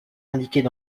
indiquées